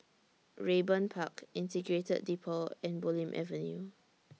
Raeburn Park Integrated Depot and Bulim Avenue